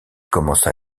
commença